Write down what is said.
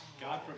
God